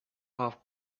how